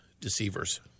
deceivers